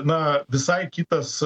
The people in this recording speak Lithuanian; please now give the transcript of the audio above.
na visai kitas